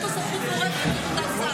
יש לך סמכות גורפת לתת סעד,